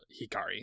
Hikari